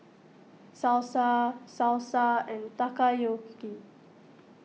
Salsa Salsa and Takoyaki